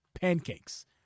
pancakes